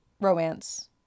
romance